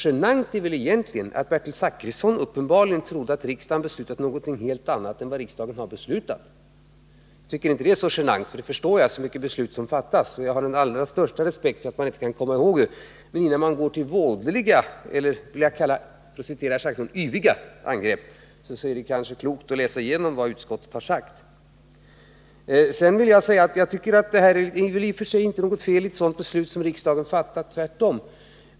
Genant är väl egentligen att Bertil Zachrisson uppenbarligen trodde att riksdagen beslutat någonting helt annat än vad riksdagen faktiskt har beslutat. Jag tycker inte att det är så genant, för det fattas ju så många beslut, och jag har den allra största respekt för att man inte kan komma ihåg alla. Men innan man går till vådliga eller — för att citera herr Zachrisson — yviga angrepp är det kanske klokt att läsa igenom vad utskottet har sagt. Sedan vill jag säga att det är väl i och för sig inte något fel i det beslut riksdagen fattat, tvärtom.